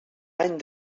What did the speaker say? any